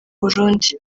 burundi